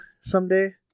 someday